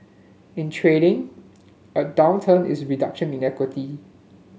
in trading a is a reduction in equity